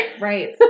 Right